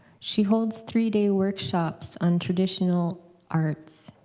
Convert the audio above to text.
she holds three-day workshops on traditional arts.